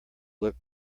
look